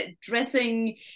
dressing